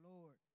Lord